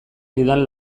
didan